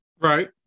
Right